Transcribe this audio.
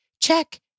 check